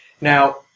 Now